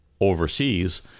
overseas